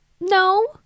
No